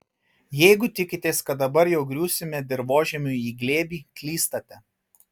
jeigu tikitės kad dabar jau griūsime dirvožemiui į glėbį klystate